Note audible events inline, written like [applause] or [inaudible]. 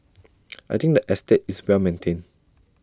[noise] I think the estate is well maintained